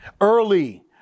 Early